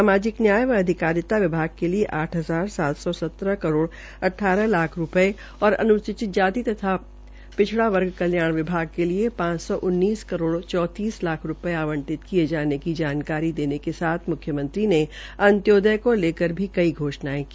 सामाजिक न्याय व अधिकारिता विभाग के लिए आठ हजार सात सौ सतर अठारह लाख रूपये और अनुसूचित जाति तथा पिछड़ा वर्ग कल्याण विभाग के लिए पांच सौ उन्नीस करोड़ चौंतीस लाख रूपये आवंटित किये जाने की जानकारी देने के साथ मुख्यमंत्री ने अन्त्योदय को लेकर भी घोषणायें की